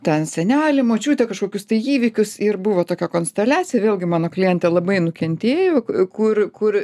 ten senelį močiutę kažkokius tai įvykius ir buvo tokia konsteliacija vėlgi mano klientė labai nukentėjo kur kur